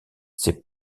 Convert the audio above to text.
ses